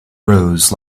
rose